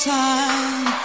time